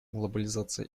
глобализация